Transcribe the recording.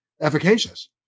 efficacious